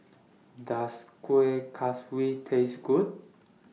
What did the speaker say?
Does Kueh Kaswi Taste Good